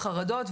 חרדות,